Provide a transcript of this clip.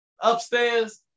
upstairs